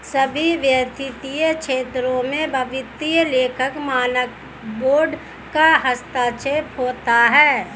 सभी वित्तीय क्षेत्रों में वित्तीय लेखा मानक बोर्ड का हस्तक्षेप होता है